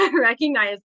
recognize